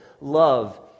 love